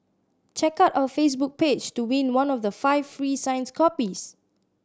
check out our Facebook page to win one of the five free signs copies